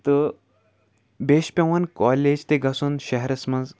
تہٕ بیٚیہِ چھِ پٮ۪وان کالیج تہِ گژھُن شہرَس منٛز